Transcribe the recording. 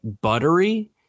buttery